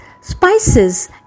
spices